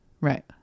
right